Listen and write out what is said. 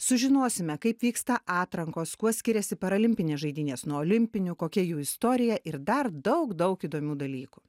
sužinosime kaip vyksta atrankos kuo skiriasi parolimpinės žaidynės nuo olimpinių kokia jų istorija ir dar daug daug įdomių dalykų